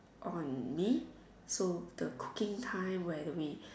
on me so the cooking time where we